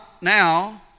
now